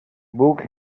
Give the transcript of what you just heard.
book